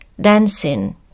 dancing